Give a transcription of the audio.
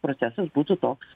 procesas būtų toks